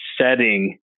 setting